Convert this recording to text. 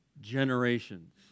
generations